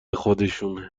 خودشونه